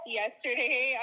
yesterday